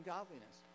Godliness